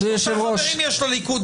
שלושה חברים יש לליכוד,